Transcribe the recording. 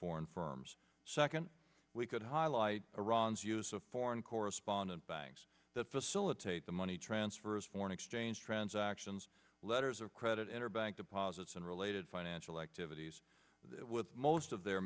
foreign firms second we could highlight iran's use of foreign correspondent banks that facilitate the money transfers foreign exchange transactions letters of credit enter bank deposits and related financial activities with most of their